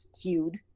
feud